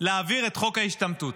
להעביר את חוק ההשתמטות.